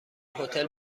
هتل